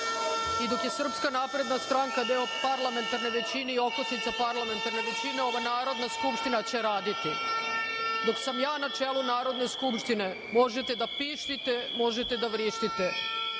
i dok je SNS deo parlamentarne većine i okosnica parlamentarne većine, ova Narodna skupština će raditi. Dok sam ja na čelu Narodne skupštine, možete da pištite, možete da vrištite,